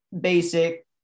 basic